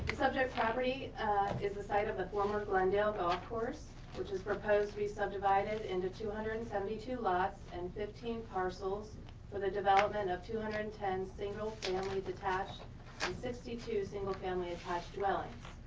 subject property is the site of the former glenn dale golf course, which is proposed to be subdivided into two hundred and seventy two lots and fifteen parcels for the development of two hundred and ten single family detached and sixty two single family dwellings.